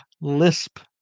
Lisp